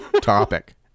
topic